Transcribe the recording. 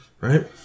right